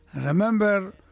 remember